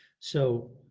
so,